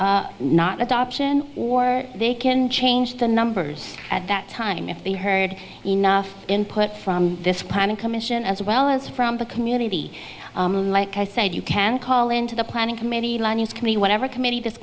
not adoption or they can change the numbers at that time if they heard enough input from this planning commission as well as from the community like i said you can call into the planning committee i mean whatever committee this